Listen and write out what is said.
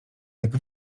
jak